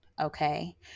okay